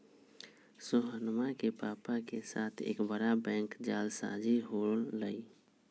सोहनवा के पापा के साथ एक बड़ा बैंक जालसाजी हो लय